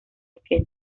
aquel